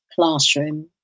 classroom